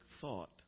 thought